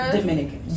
Dominican